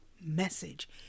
message